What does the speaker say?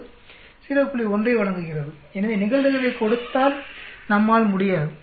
1 ஐ வழங்குகிறது எனவே நிகழ்தகவைக் கொடுத்தால் நம்மால் முடியாது